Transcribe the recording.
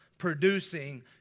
producing